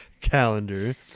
calendar